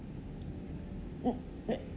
mm mm